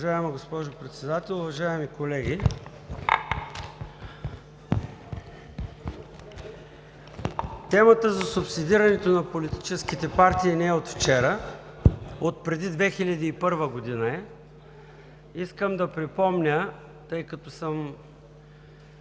Уважаема госпожо Председател, уважаеми колеги! Темата за субсидирането на политическите партии не е от вчера, а е отпреди 2001 г. Искам да припомня, тъй като съм